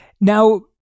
Now